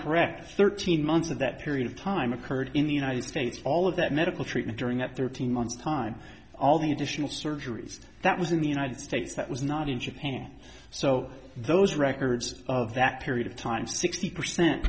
correct thirteen months of that period of time occurred in the united states all of that medical treatment during that thirteen months time all the additional surgeries that was in the united states that was not in japan so those records of that period of time sixty percent